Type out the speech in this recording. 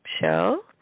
show